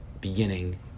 beginning